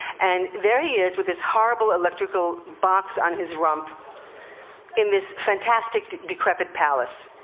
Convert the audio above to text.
and there he is, with this horrible electrical box on his rump in this fantastic, decrepit palace.